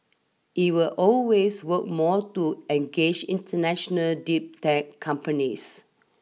it will always work more to engage international deep tech companies